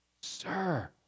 Sir